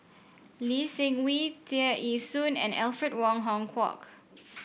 Lee Seng Wee Tear Ee Soon and Alfred Wong Hong Kwok